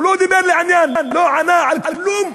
הוא לא דיבר לעניין, לא ענה על כלום.